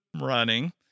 running